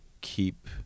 keep